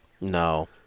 No